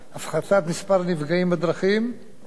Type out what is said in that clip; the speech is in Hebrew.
אפשר לכתוב חזון של "לגעת באפס",